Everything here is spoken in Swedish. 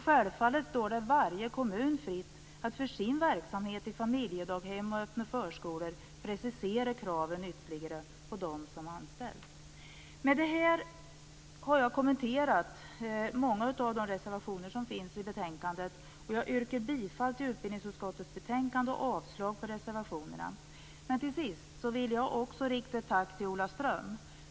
Självfallet står det varje kommun fritt att för sin verksamhet i familjedaghem och öppna förskolor precisera kraven ytterligare på dem som anställs. Med detta har jag kommenterat många av de reservationer som finns till betänkandet. Jag yrkar bifall till utbildningsutskottets hemställan i betänkandet och avslag på reservationerna. Till sist vill jag också rikta ett tack till Ola Ström.